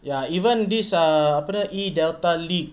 ya even this err apa dia E delta league